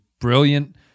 brilliant